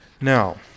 Now